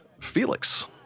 Felix